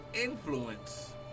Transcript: influence